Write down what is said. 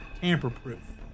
tamper-proof